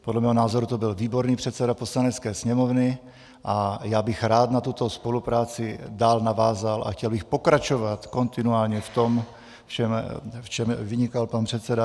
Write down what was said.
Podle mého názoru to byl výborný předseda Poslanecké sněmovny a já bych rád na tuto spolupráci navázal a chtěl bych pokračovat kontinuálně v tom, v čem vynikal pan předseda.